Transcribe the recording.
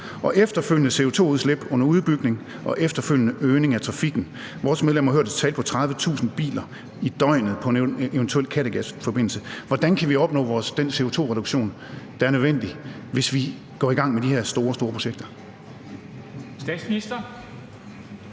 og efterfølgende CO2-udslip under udbygningen og efterfølgende en øgning af trafikken? Vores medlem har hørt et tal på 30.000 biler i døgnet på en eventuel Kattegatforbindelse. Hvordan kan vi opnå den CO2-reduktion, der er nødvendig, hvis vi går i gang med de her store, store projekter? Kl.